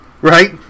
Right